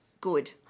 good